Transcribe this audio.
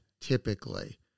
typically